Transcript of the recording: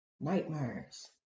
Nightmares